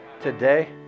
Today